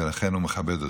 ולכן הוא מכבד אותו.